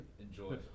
Enjoy